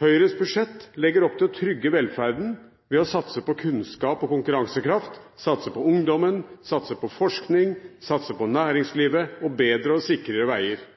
Høyres budsjett legger opp til å trygge velferden ved å satse på kunnskap og konkurransekraft, satse på ungdommen, satse på forskning, satse på næringslivet og bedre og sikrere veier.